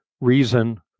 reason